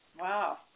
Wow